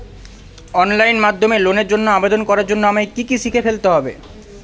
Online মাধ্যমে লোনের জন্য আবেদন করার জন্য আমায় কি কি শিখে ফেলতে হবে?